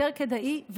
יותר כדאי,